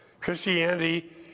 Christianity